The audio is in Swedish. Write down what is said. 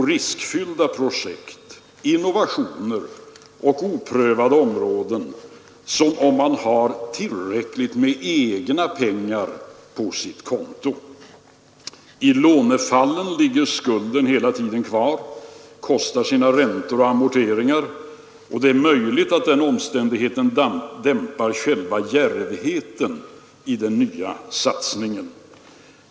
M. riskfyllda projekt, innovationer och oprövade områden som om man har tillräckligt med egna pengar. I lånefallen ligger skulden hela tiden kvar och kostar sina räntor och amorteringar. Och det är möjligt att den omständigheten dämpar själva djärvheten i den nya satsningen.